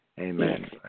amen